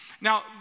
Now